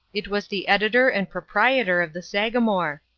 it was the editor and proprietor of the sagamore.